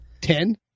Ten